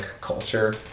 culture